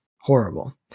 Horrible